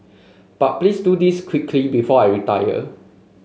but please do this quickly before I retire